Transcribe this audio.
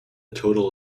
total